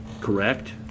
correct